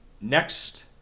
next